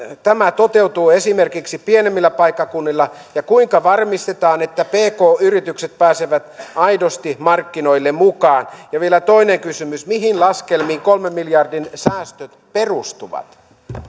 tämä toteutuu esimerkiksi pienemmillä paikkakunnilla ja kuinka varmistetaan että pk yritykset pääsevät aidosti markkinoille mukaan ja vielä toinen kysymys mihin laskelmiin kolmen miljardin säästöt perustuvat